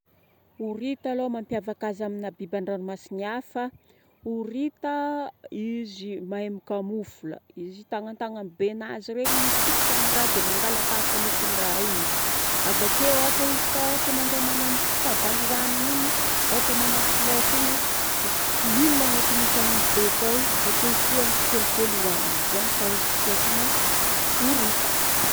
orhita alô mampiavaka azy amina biby andranomasigny hafa. Orhita izy mahay mikamoufla. Izy tagnantagnany be anazy regny mifixe amin raha de mangalatahaka lokondraha izy avakeo ôhatra izy ka ôhatra mandeha manambotro fahavalo hoaniny igny. Ôhatra manambotro lôka igny izy fihinigny agnatiny tagnany be akô. Izy avakeo itrohagny tsikelikely ihoaniny.zegny fahaizako toetry na orhita.